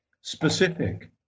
specific